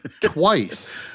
twice